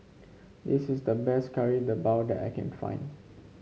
this is the best Kari Debal that I can find